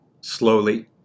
slowly